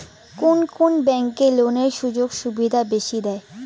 কুন কুন ব্যাংক লোনের সুযোগ সুবিধা বেশি দেয়?